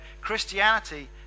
Christianity